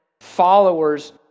followers